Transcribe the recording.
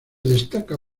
destaca